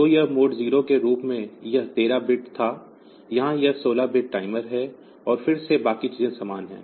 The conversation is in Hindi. तो यह मोड 0 के रूप में यह 13 बिट था यहां यह 16 बिट टाइमर है और फिर से बाकी चीजें समान हैं